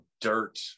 Dirt